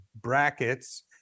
brackets